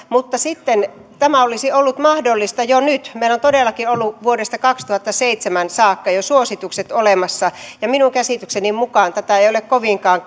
mutta sitten tämä olisi ollut mahdollista jo nyt meillä on todellakin ollut vuodesta kaksituhattaseitsemän saakka jo suositukset olemassa ja minun käsitykseni mukaan tätä ei ei ole kovinkaan